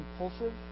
impulsive